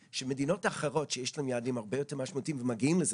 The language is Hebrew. מדינות אחרות שיש להן יעדים הרבה יותר משמעותיות וגם מגיעות לזה,